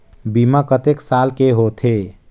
बीमा कतेक साल के होथे?